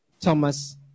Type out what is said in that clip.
Thomas